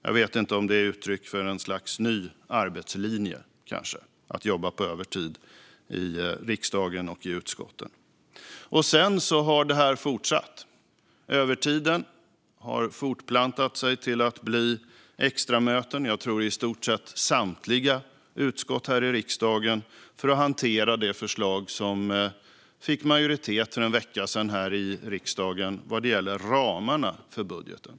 Jag vet inte om det är ett uttryck för en ny sorts arbetslinje, att jobba på övertid i riksdagen och i utskotten. Sedan har det fortsatt. Övertiden har fortplantat sig till att bli extra möten i, tror jag, i stort sett samtliga utskott här i riksdagen för att hantera det förslag som för en vecka sedan vann majoritet här i riksdagen vad gäller ramarna för budgeten.